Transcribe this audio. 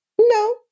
No